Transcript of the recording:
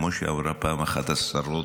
כמו שאמרה פעם אחת השרות: